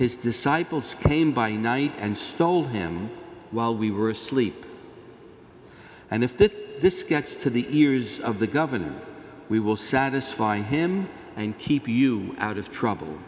his disciples came by night and stole him while we were asleep and if that this gets to the ears of the governor we will satisfy him and keep you out of trouble